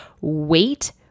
wait